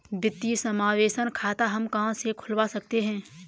वित्तीय समावेशन खाता हम कहां से खुलवा सकते हैं?